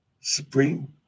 Supreme